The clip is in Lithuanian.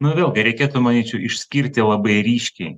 nu vėl gi reikėtų manyčiau išskirti labai ryškiai